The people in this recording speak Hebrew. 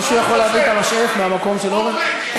מישהו יכול להביא את המשאף מהמקום של אורן?